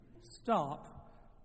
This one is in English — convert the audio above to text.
Stop